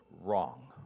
wrong